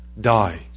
die